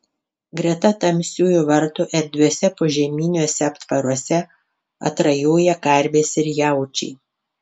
greta tamsiųjų vartų erdviuose požeminiuose aptvaruose atrajoja karvės ir jaučiai